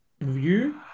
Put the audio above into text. view